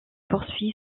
poursuit